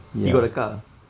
he got a car